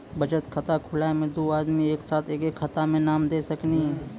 बचत खाता खुलाए मे दू आदमी एक साथ एके खाता मे नाम दे सकी नी?